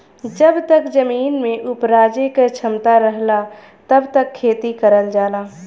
जब तक जमीन में उपराजे क क्षमता रहला तब तक खेती करल जाला